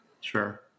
Sure